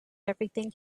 everything